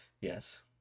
Yes